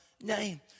name